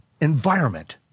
environment